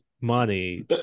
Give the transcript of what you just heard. money